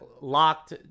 locked